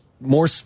More